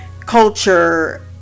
culture